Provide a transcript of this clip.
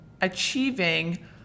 achieving